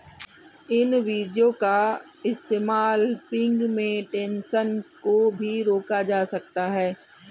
इन बीजो का इस्तेमाल पिग्मेंटेशन को भी रोका जा सकता है